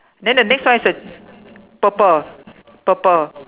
then the next one is the purple purple